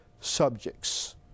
subjects